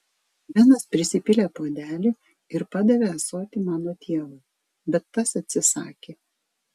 benas prisipylė puodelį ir padavė ąsotį mano tėvui bet tas atsisakė